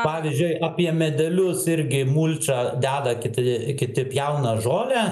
pavyzdžiui apie medelius irgi mulčą deda kiti kiti pjauna žolę